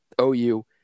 OU